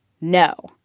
No